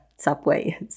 Subway